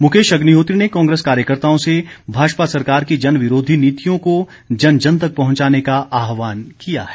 मुकेश अग्निहोत्री ने कांग्रेस कार्यकर्ताओं से भाजपा सरकार की जनविरोधी नीतियों को जन जन तक पहंचाने का आहवान किया है